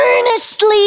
earnestly